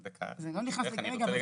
לא, תיכף אני אגיד.